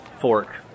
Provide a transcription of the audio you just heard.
fork